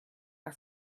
are